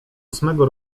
ósmego